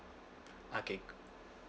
okay